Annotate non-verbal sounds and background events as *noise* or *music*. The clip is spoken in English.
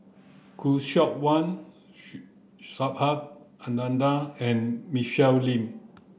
Khoo Seok Wan *unintelligible* Subhas Anandan and Michelle Lim